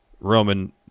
Roman